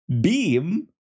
beam